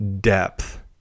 depth